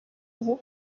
ubu